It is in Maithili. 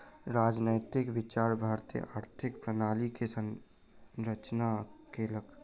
राजनैतिक विचार भारतीय आर्थिक प्रणाली के संरचना केलक